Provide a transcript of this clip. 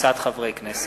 וקבוצת חברי הכנסת.